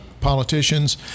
politicians